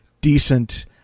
decent